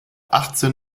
achtzehn